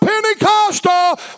Pentecostal